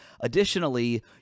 Additionally